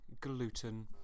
gluten